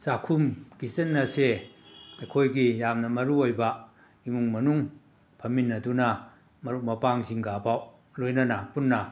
ꯆꯥꯈꯨꯝ kitchen ꯑꯁꯦ ꯑꯩꯈꯣꯏꯒꯤ ꯌꯥꯝꯅ ꯃꯔꯨ ꯑꯣꯏꯕ ꯏꯃꯨꯡ ꯃꯅꯨꯡ ꯐꯝꯃꯤꯟꯅꯗꯨꯅ ꯃꯔꯨꯞ ꯃꯄꯥꯡꯁꯤꯡꯒꯐꯥꯎ ꯂꯣꯏꯅꯅ ꯄꯨꯟꯅ